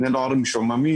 בני הנוער משועממים.